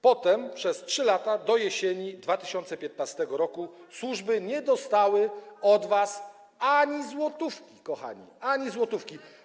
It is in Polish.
Potem przez 3 lata, do jesieni 2015 r., służby nie dostały od was ani złotówki, kochani, ani złotówki.